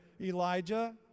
Elijah